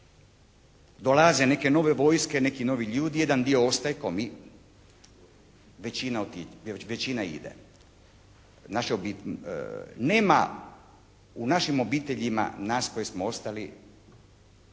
dolaze neke nove vojske, neki novi ljudi, jedan dio ostaje, kao mi, većina ide. Nema u našim obiteljima nas koji smo ostali